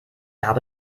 habe